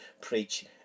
preach